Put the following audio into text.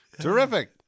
Terrific